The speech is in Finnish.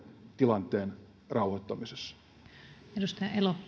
tilanteen rauhoittamisessa